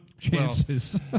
chances